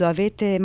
Avete